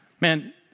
Man